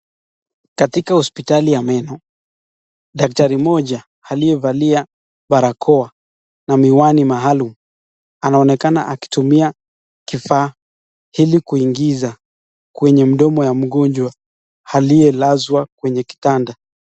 Katika hospitali ya meno, daktari mmoja aliyevalia barakoa na miwani maalum anaonekana akitumia kifaa ili kuingiza kwenye mdomo wa mgonjwa aliyelazwa kwenye kitanda.